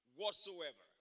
whatsoever